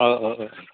औ औ औ